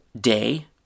Day